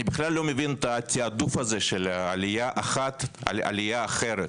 אני בכלל לא מבין את התעדוף הזה של עלייה אחת על עלייה אחרת.